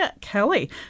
kelly